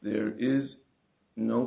there is no